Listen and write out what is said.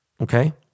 Okay